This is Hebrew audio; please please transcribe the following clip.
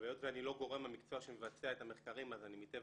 היות ואני לא גורם המקצוע שמבצע את המחקרים אז מטבע